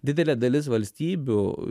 didelė dalis valstybių